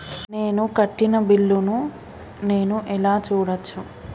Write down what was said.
నేను కట్టిన బిల్లు ను నేను ఎలా చూడచ్చు?